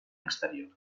exterior